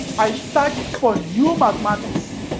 i searched for new mathematics